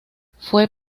fue